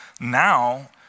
now